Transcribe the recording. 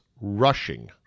rushing